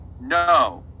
No